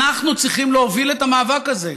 אנחנו צריכים להוביל את המאבק הזה,